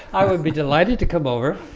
i would be delighted to come over.